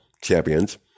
champions